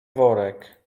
worek